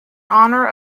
honor